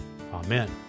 amen